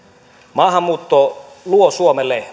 maahanmuutto luo suomelle